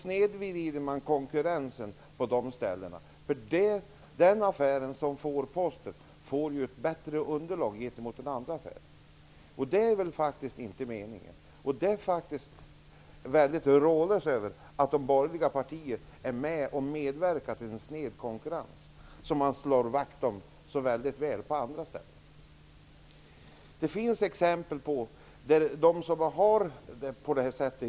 Konkurrensen snedvrids på de ställena, eftersom den affär som får postkontoret också får ett bättre underlag. Och det är väl inte meningen? Det är faktiskt förvånande att de borgerliga partierna här är med och medverkar till en snedvridning av konkurrensen, när man i andra sammanhang är så mån om att slå vakt om att detta inte skall ske. Det finns exempel på orter där man i dag har det på det här sättet.